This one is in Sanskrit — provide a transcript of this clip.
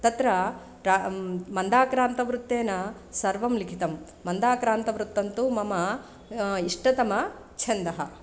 तत्र रा मन्दाक्रन्तवृत्तेन सर्वं लिखितं मन्दाक्रान्तवृत्तन्तु मम इष्टतमः छन्दः